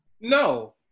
No